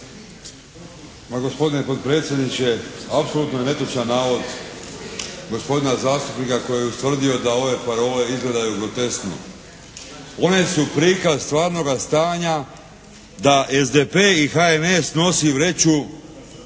Pa gospodine potpredsjedniče, apsolutno je netočan navod gospodina zastupnika koji je ustvrdio da ove parole izgledaju groteskno. One su prikaz stvarnoga stanja da SDP i HNS nosi vreću